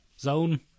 Zone